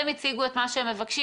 הם הציגו את מה שהם מבקשים,